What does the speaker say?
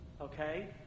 okay